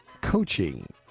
coaching